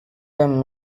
them